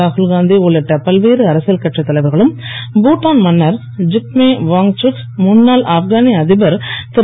ராகுல்காந்தி உள்ளிட்ட பல்வேறு அரசியல் கட்சி தலைவர்களும் பூடான் மன்னர் திக்மே வாங்சுக் முன்னாள் ஆப்கானிய அதிபர் திரு